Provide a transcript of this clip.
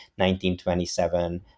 1927